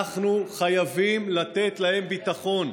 אנחנו חייבים לתת להם ביטחון.